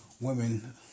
women